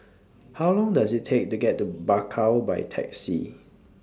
How Long Does IT Take to get to Bakau By Taxi